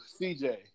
CJ